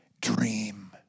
Dream